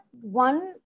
one